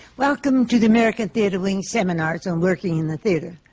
welcome to the american theatre wing seminars on working in the theatre.